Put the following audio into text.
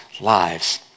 lives